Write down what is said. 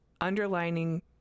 underlining